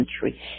country